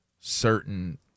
certain